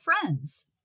friends